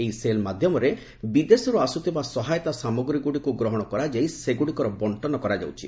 ଏହି ସେଲ୍ ମାଧ୍ୟମରେ ବିଦେଶରୁ ଆସୁଥିବା ସହାୟତା ସାମଗ୍ରୀଗୁଡ଼ିକୁ ଗ୍ରହଣ କରାଯାଇ ସେଗୁଡ଼ିକର ବଙ୍କନ କରାଯାଉଛି